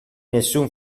nessun